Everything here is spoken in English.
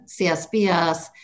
CSBS